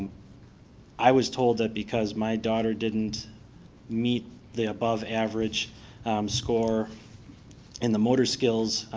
i was told that because my daughter didn't meet the above average score in the motor skills